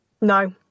No